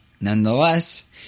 nonetheless